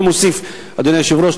ומוסיף: אדוני היושב-ראש,